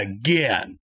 again